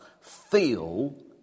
feel